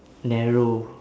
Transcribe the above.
narrow